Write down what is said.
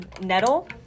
nettle